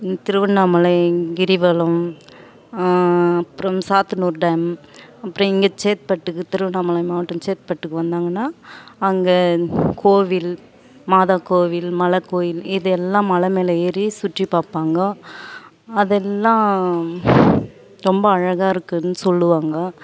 இங்க திருவண்ணாமலை கிரிவலம் அப்புறம் சாத்தனூர் டேம் அப்புறம் இங்கே சேத்துபட் இருக்கு திருவண்ணாமலை மாவட்டம் சேத்துபட்டுக்கு வந்தாங்கன்னா அங்கே கோவில் மாதாக்கோவில் மலைக்கோயில் இது எல்லாம் மலை மேலே ஏறி சுற்றி பார்ப்பாங்கோ அதெல்லாம் ரொம்ப அழகாக இருக்குன்னு சொல்லுவாங்க